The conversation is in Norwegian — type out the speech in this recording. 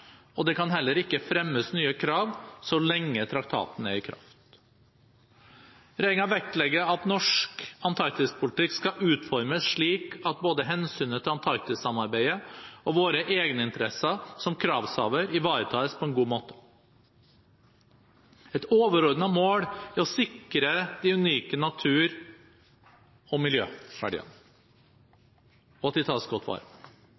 og det kan heller ikke fremmes nye krav så lenge traktaten er i kraft. Regjeringen vektlegger at norsk antarktispolitikk skal utformes slik at både hensynet til Antarktistraktat-samarbeidet og våre egeninteresser som kravshaver ivaretas på en god måte. Et overordnet mål er å sikre at de unike natur- og miljøverdiene tas godt vare